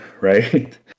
right